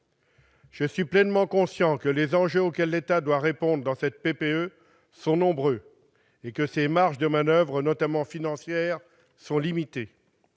Je suis pleinement conscient que les enjeux auxquels l'État doit répondre dans cette PPE sont nombreux et que ses marges de manoeuvre, notamment financières, sont limitées.